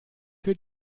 für